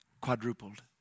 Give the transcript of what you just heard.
quadrupled